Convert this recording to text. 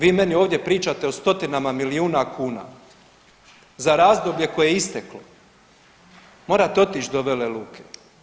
Vi meni ovdje pričate o stotinama milijuna kuna za razdoblje koje je isteklo, morate otić do Vela Luke.